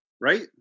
right